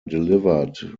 delivered